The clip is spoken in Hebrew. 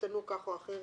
שישתנו כך או אחרת,